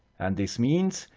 and this means,